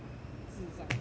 智障真的是